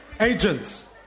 agents